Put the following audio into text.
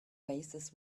oasis